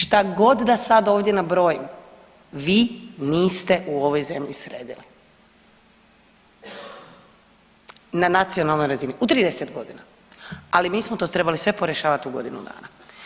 Šta god da sad ovdje nabrojim vi niste u ovoj zemlji sredili na nacionalnoj razini u 30 godina, ali mi smo to trebali sve porješavat u godinu dana.